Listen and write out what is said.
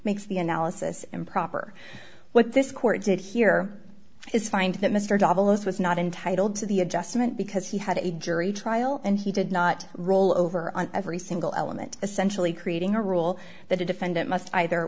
makes the analysis improper what this court did here is find that mr davalos was not entitled to the adjustment because he had a jury trial and he did not roll over on every single element essentially creating a rule that a defendant must either